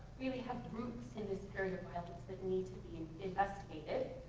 really have roots in this period of violence that need to be investigated.